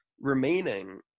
remaining